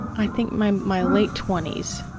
i think my my late twenty s,